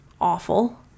awful